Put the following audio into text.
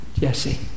Jesse